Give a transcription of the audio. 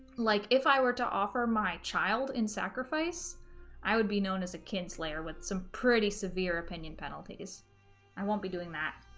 like if i were to offer my child in sacrifice i would be known as a kin slayer with some pretty severe opinion penalties i won't be doing that